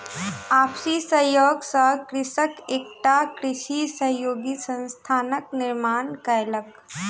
आपसी सहयोग सॅ कृषक एकटा कृषि सहयोगी संस्थानक निर्माण कयलक